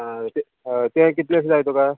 आं आं हय ते कितलेशें जाय तुका